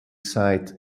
site